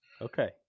Okay